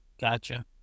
Gotcha